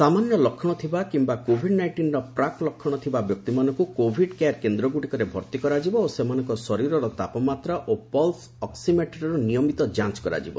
ସାମାନ୍ୟ ଲକ୍ଷଣ ଥିବା କିୟା କୋଭିଡ୍ ନାଇକ୍ଷିନ୍ର ପ୍ରାକ୍ ଲକ୍ଷଣ ଥିବା ବ୍ୟକ୍ତିମାନଙ୍କୁ କୋଭିଡ୍ କେୟାର କେନ୍ଦ୍ରଗ୍ରଡ଼ିକରେ ଭର୍ତ୍ତି କରାଯିବ ଓ ସେମାନଙ୍କର ଶରୀରର ତାପମାତ୍ରା ଓ ପଲ୍ସ ଅକ୍ଟିମେଟ୍ରିର ନିୟମିତ ଯାଞ୍ଚ କରାଯିବ